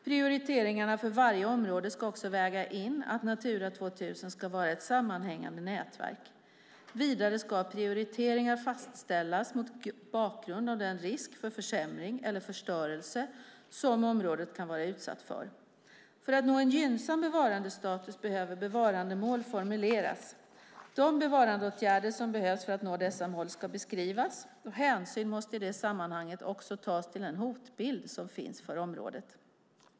Prioriteringarna för varje område ska också väga in att Natura 2000 ska vara ett sammanhängande nätverk. Vidare ska prioriteringar fastställas mot bakgrund av den risk för försämring eller förstörelse som området kan vara utsatt för. För att nå en gynnsam bevarandestatus behöver bevarandemål formuleras. De bevarandeåtgärder som behövs för att nå dessa mål ska beskrivas. Hänsyn måste i det sammanhanget också tas till den hotbild som finns mot området.